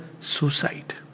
suicide